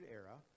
era